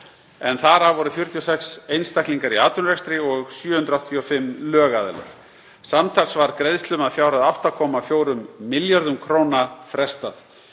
en þar af voru 46 einstaklingar í atvinnurekstri og 785 lögaðilar. Samtals var greiðslum að fjárhæð 8,4 milljörðum kr. frestað.